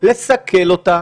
רוצים לבטל את הסכמי אוסלו?